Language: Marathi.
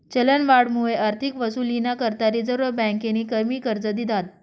चलनवाढमुये आर्थिक वसुलीना करता रिझर्व्ह बँकेनी कमी कर्ज दिधात